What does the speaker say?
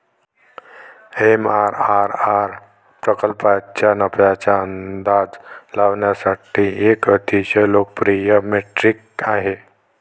MIRR प्रकल्पाच्या नफ्याचा अंदाज लावण्यासाठी एक अतिशय लोकप्रिय मेट्रिक आहे